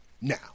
Now